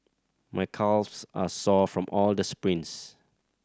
my calves are sore from all the sprints